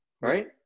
Right